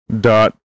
Dot